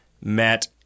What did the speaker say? met –